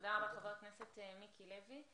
תודה רבה, חבר הכנסת מיקי לוי.